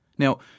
Now